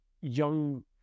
young